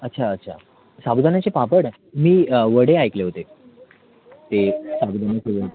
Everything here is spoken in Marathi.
अच्छा अच्छा साबुदाण्याचे पापड मी वडे ऐकले होते ते साबुदाण्याचे